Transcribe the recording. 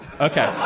Okay